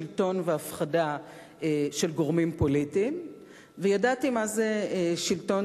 שלטון והפחדה של גורמים פוליטיים וידעתי מה זה שלטון,